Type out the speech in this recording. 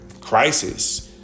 crisis